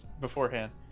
beforehand